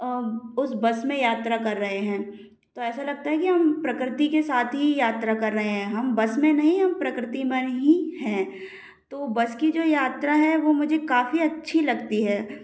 उस बस में यात्रा कर रहे है तो ऐसा लगता है कि हम प्रकृति के साथ ही यात्रा कर रहे है हम बस में नही हम प्रकृतिमय ही है तो बस की जो यात्रा है वो मुझे काफ़ी अच्छी लगती है